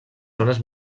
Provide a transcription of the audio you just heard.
zones